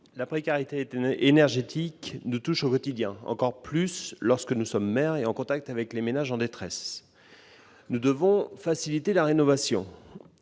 La précarité énergétique des ménages nous touche au quotidien, surtout lorsque nous sommes maires et en contact avec les ménages en détresse. Nous devons faciliter la rénovation